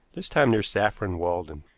this time near saffron walden.